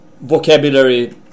vocabulary